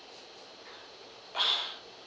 ah